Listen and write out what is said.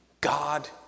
God